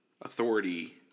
authority